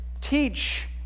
Teach